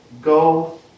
Go